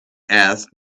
asked